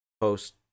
post